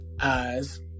eyes